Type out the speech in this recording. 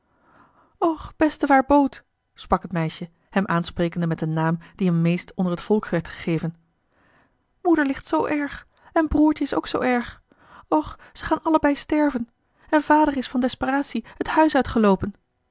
och bestevaêr boot sprak het meisje hem aansprekende met den naam dien hem meest onder t volk werd gegeven moeder ligt zoo erg en broêrtje is ook zoo erg och ze gaan allebeî sterven en vader is van desperacie het huis uitgeloopen